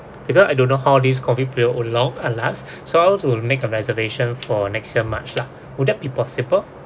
because I don't know how this COVID will prolong uh last so I want to make a reservation for next year march lah would that be possible